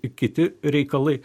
kiti reikalai